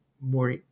more